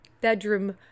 bedroom